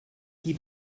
qui